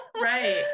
right